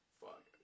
fuck